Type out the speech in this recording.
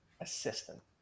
assistant